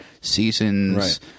seasons